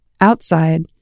Outside